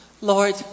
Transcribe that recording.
Lord